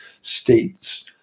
states